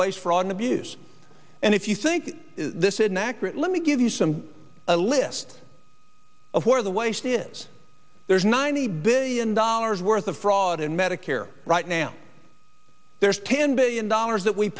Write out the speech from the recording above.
waste fraud and abuse and if you think this is inaccurate let me give you some a list of where the waste is there's ninety billion dollars worth of fraud in medicare right now there's ten billion dollars that we